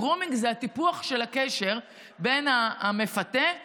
grooming זה הטיפוח של הקשר בין המפתה לילד.